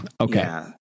Okay